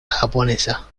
japonesa